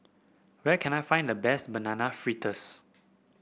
where can I find the best Banana Fritters